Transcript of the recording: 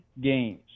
games